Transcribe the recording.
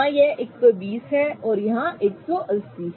तो यह 120 है और यहां 180 है